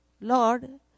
Lord